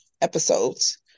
episodes